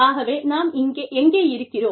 ஆகவே நாம் எங்கே இருக்கிறோம்